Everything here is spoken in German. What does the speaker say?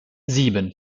sieben